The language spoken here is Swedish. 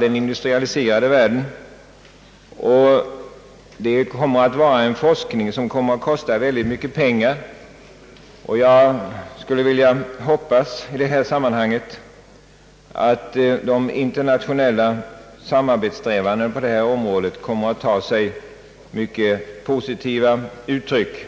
den industrialiserade världen. Det gäller en forskning, som kommer att kosta mycket pengar. Jag hoppas att de internationella samarbetsträvandena på detta område tar sig mycket positiva uttryck.